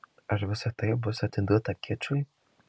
ar visa tai bus atiduota kičui